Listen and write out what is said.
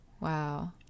wow